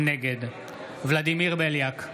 נגד ולדימיר בליאק,